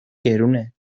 گرونه